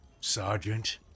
Sergeant